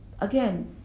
again